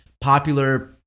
popular